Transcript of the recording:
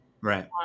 Right